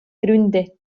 gründe